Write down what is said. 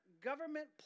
government